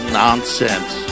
nonsense